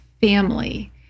family